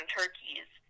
turkeys